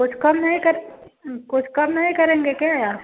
कुछ कम नहीं करें कुछ कम नहीं करेंगे क्या